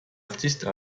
artistes